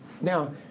Now